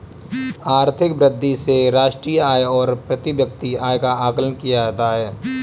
आर्थिक वृद्धि से राष्ट्रीय आय और प्रति व्यक्ति आय का आकलन किया जाता है